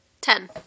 ten